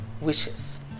wishes